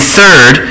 third